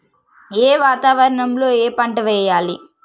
ఏ వాతావరణం లో ఏ పంట వెయ్యాలి?